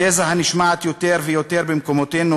התזה הנשמעת יותר ויותר במקומותינו